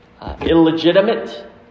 illegitimate